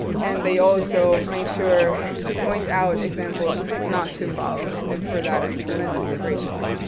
and they also made sure to point out examples not to follow, and for that i'm tremendously grateful.